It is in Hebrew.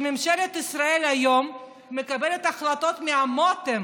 שממשלת ישראל היום מקבלת החלטות מהמותן